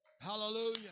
Hallelujah